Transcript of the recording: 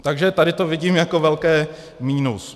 Takže tady to vidím jako velké minus.